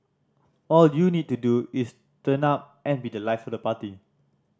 all you need to do is turn up and be the life of the party